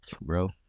bro